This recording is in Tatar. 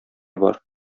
бар